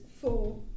four